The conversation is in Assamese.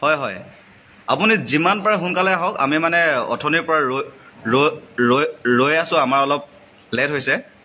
হয় হয় আপুনি যিমান পাৰে সোনকালে আহক আমি মানে অথনিৰ পৰা ৰৈ আছোঁ আমাৰ অলপ লেট হৈছে